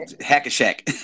hack-a-shack